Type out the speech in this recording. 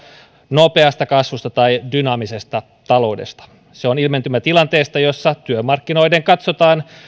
nopeasta kasvusta tai dynaamisesta taloudesta se on ilmentymä tilanteesta jossa työmarkkinoiden katsotaan